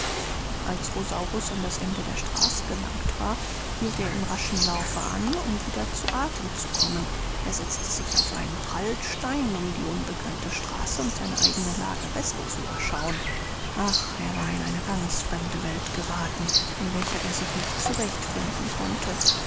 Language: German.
als rosaurus an das ende der straße gelangt war hielt er im raschen laufe an um wieder zu athem zu kommen er setzte sich auf einen prallstein um die unbekannte straße und seine eigene lage besser zu überschauen ach er war in eine ganz fremde welt gerathen in welcher er sich nicht zurecht finden konnte